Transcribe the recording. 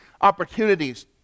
opportunities